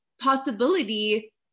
possibility